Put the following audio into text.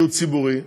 שהוא ציבורי,